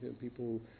People